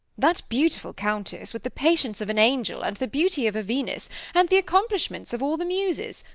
that beautiful countess, with the patience of an angel and the beauty of a venus and the accomplishments of all the muses,